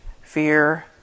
fear